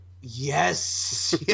Yes